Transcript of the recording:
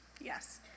yes